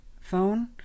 Phone